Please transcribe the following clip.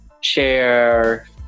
share